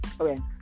okay